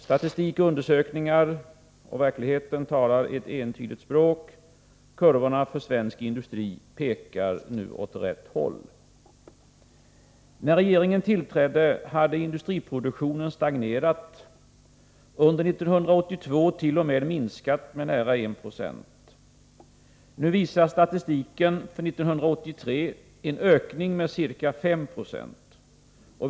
Statistik, undersökningar och verkligheten talar ett entydigt språk: Kurvorna för svensk industri pekar nu åt rätt håll. När regeringen tillträdde hade industriproduktionen stagnerat, under 1982 t.o.m. minskat med nära 1 20. Nu visar statistiken för 1983 en ökning med ca 59.